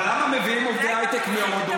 אבל למה מביאים עובדי הייטק מהודו?